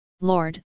Lord